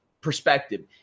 perspective –